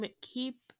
Keep